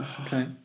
Okay